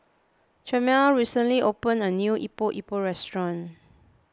chimere recently opened a new Epok Epok restaurant